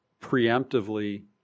preemptively